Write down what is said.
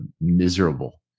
miserable